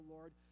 Lord